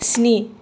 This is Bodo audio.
स्नि